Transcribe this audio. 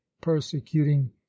persecuting